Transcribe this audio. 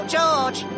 George